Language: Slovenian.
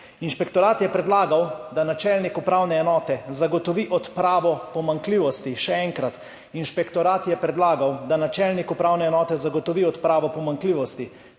Inšpektorat je predlagal, da načelnik upravne enote zagotovi odpravo pomanjkljivosti. Še enkrat, inšpektorat je predlagal, da načelnik upravne enote zagotovi odpravo pomanjkljivosti.